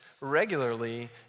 regularly